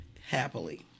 happily